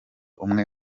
umwe